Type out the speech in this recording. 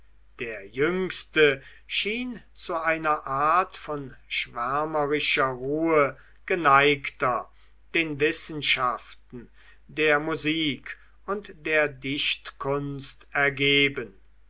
der jüngste schien zu einer art von schwärmerischer ruhe geneigter den wissenschaften der musik und der dichtkunst ergeben